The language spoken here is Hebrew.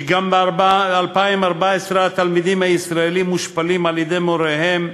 שגם ב-2014 התלמידים הישראלים מושפלים על-ידי מוריהם,